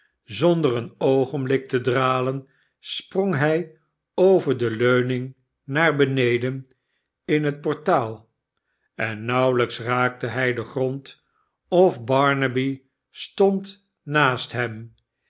zonder een oogenblik te dralen sprong hij over de leuning naar beneden in het portaal en nauwelijks raakte hij den grond of barnaby stond naast hem